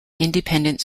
independent